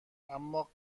اما